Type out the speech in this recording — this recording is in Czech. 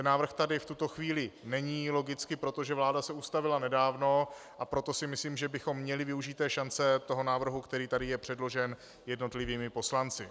Návrh tady v tuto chvíli logicky není, protože vláda se ustavila nedávno, a proto si myslím, že bychom měli využít šance návrhu, který tady je předložen jednotlivými poslanci.